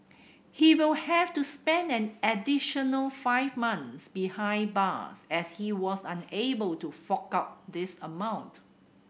he will have to spend an additional five months behind bars as he was unable to fork out this amount